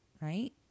Right